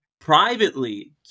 Privately